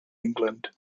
england